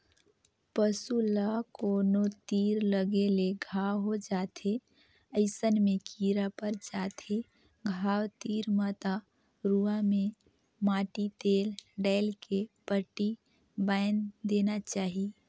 पसू ल कोनो तीर लगे ले घांव हो जाथे अइसन में कीरा पर जाथे घाव तीर म त रुआ में माटी तेल डायल के पट्टी बायन्ध देना चाही